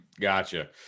gotcha